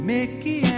Mickey